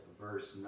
verse